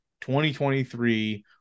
2023